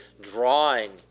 drawing